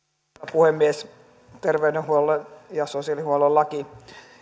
puhemies terveydenhuollon ja sosiaalihuollon laki